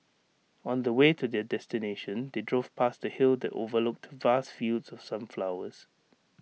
on the way to their destination they drove past A hill that overlooked vast fields of sunflowers